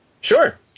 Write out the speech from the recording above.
Sure